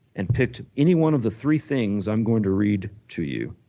and picked any one of the three things i'm going to read to you,